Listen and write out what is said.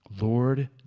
Lord